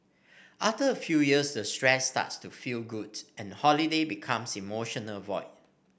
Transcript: after a few years the stress starts to feel good and holiday become emotional void